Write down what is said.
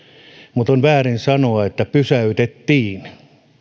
mutta on väärin sanoa että pysäytettiin